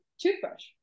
toothbrush